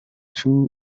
two